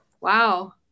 wow